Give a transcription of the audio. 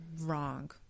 wrong